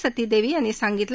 सती देवी यांनी सांगितलं